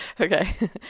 Okay